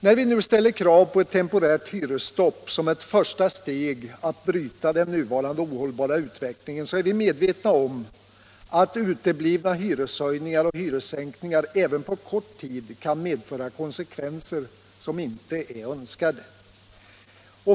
När vi ställer krav på ett temporärt hyresstopp som ett första steg att bryta den nuvarande ohållbara utvecklingen är vi medvetna om att uteblivna hyreshöjningar och hyressänkningar även på kort sikt kan medföra konsekvenser som inte är önskade.